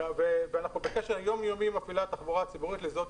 אנחנו בקשר יום יומי עם מפעילי התחבורה הציבורית לבדוק